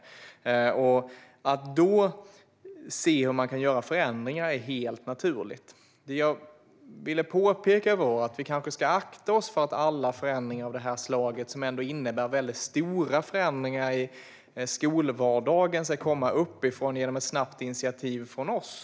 Att då titta på vilka förändringar som kan göras är helt naturligt. Vi ska kanske akta oss för att alla förändringar av det slaget, som ändå innebär stora förändringar i skolvardagen, ska komma uppifrån genom ett snabbt initiativ från oss.